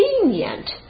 convenient